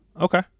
okay